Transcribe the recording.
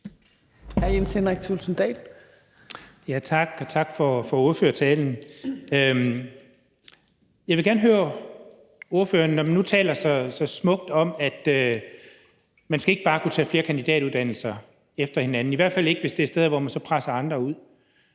Jens Henrik Thulesen Dahl (DF): Tak, og tak for ordførertalen. Jeg vil gerne høre ordføreren om noget. Når vi nu taler så smukt om, at man ikke bare skal kunne tage flere kandidatuddannelser efter hinanden, i hvert fald ikke, hvis det er steder, hvor man så presser andre ud,